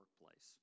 workplace